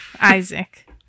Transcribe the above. isaac